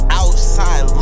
outside